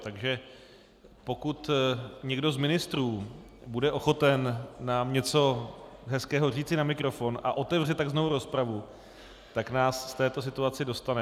Takže pokud někdo z ministrů bude ochoten nám něco hezkého říci na mikrofon a otevře tak znovu rozpravu, tak nás z této situace dostane.